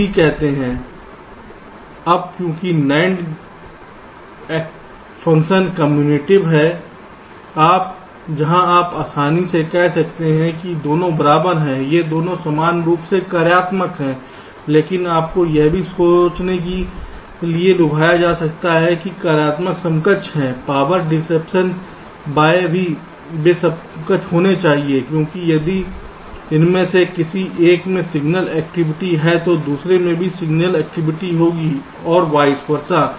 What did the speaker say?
अब क्योंकि NAND function commutative है जहां आप आसानी से कह सकते हैं कि ये दोनों बराबर हैं ये दोनों समान रूप से कार्यात्मक हैं लेकिन आपको यह भी सोचने के लिए लुभाया जा सकता है कि वे कार्यात्मक समकक्ष हैं पावर डिसेप्शन बाय भी वे समकक्ष होना चाहिए क्योंकि यदि इनमें से किसी एक मे सिग्नल एक्टिविटी है तो दूसरे में भी सिग्नल एक्टिविटी होगी और वॉइस वरसा